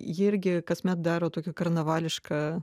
ji irgi kasmet daro tokį karnavališką